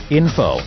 info